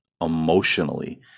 emotionally